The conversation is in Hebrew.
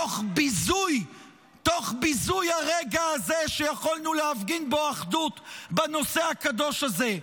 תוך ביזוי הרגע הזה שיכולנו להפגין בו אחדות בנושא הקדוש הזה,